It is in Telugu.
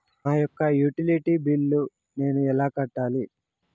నా యొక్క యుటిలిటీ బిల్లు నేను ఎలా కట్టాలి?